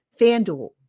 FanDuel